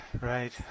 right